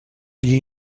gli